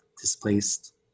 displaced